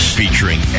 featuring